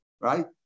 right